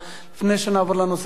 לפני שנעבור לנושא הבא,